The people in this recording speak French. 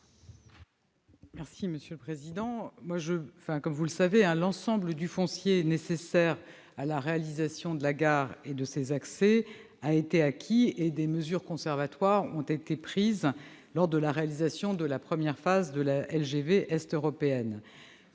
Vous le savez, monsieur le sénateur, l'ensemble du foncier nécessaire à la réalisation de la gare et de ses accès a été acquis, et des mesures conservatoires ont été prises lors de la réalisation de la première phase de la LGV est-européenne.